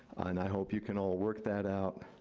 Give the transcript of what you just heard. and i hope you can all work that out,